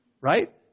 right